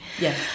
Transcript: yes